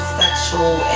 sexual